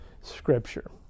Scripture